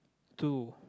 two